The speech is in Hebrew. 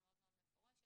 אומרת.